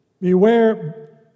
Beware